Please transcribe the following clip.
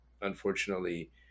unfortunately